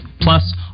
Plus